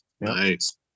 Nice